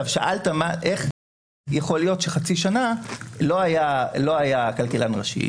שאלת איך יכול להיות שחצי שנה לא היה כלכלן ראשי.